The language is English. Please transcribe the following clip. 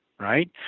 Right